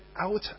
out